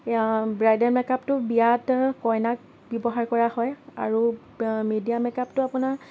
bridal মেকআপটো বিয়াত কইনাক ব্যৱহাৰ কৰা হয় আৰু মিডিয়া মেকআপটো আপোনাৰ